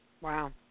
Wow